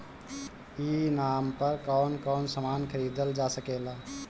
ई नाम पर कौन कौन समान खरीदल जा सकेला?